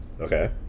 Okay